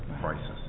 crisis